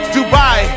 Dubai